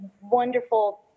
wonderful